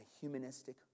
humanistic